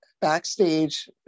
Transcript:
backstage